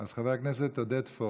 אז חבר הכנסת עודד פורר,